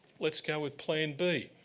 let's go with plan b.